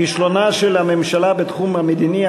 כישלונה של הממשלה בתחום המדיני,